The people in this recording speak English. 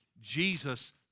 Jesus